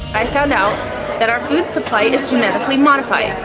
i found out that our food supply is genetically-modified. and,